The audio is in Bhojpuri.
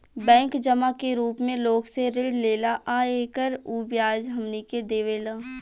बैंक जमा के रूप मे लोग से ऋण लेला आ एकर उ ब्याज हमनी के देवेला